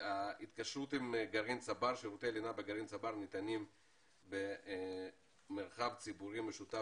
ההתקשרות עם גרעין צבר: שירותי לינה בגרעין צבר ניתנים במרחב ציבורי משותף